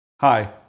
Hi